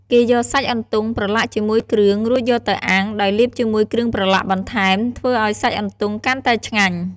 គេយកសាច់អន្ទង់ប្រឡាក់ជាមួយគ្រឿង រួចយកទៅអាំង ដោយលាបជាមួយគ្រឿងប្រឡាក់បន្ថែម ធ្វើឱ្យសាច់អន្ទង់កាន់តែឆ្ងាញ់។